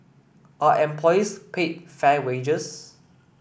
are employees paid fair wages